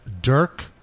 Dirk